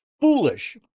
foolish